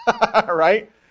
Right